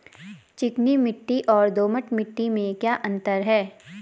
चिकनी मिट्टी और दोमट मिट्टी में क्या अंतर है?